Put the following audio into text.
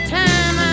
time